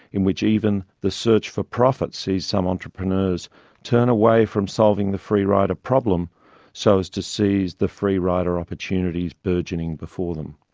in which even the search for profit sees some entrepreneurs turn away from solving the free-rider problems so as to seize the free-rider opportunities burgeoning before them.